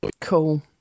Cool